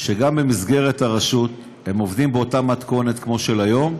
שגם במסגרת הרשות הם עובדים באותה מתכונת כמו של היום,